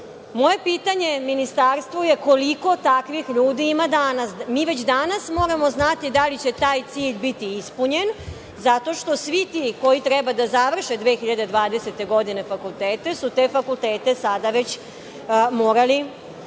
Moje pitanje Ministarstvu je koliko takvih ljudi ima danas? Mi već danas moramo znati da li će taj cilj biti ispunjen, zato što svi ti koji treba da završe 2020. godine fakultete, su te fakultete sada već morali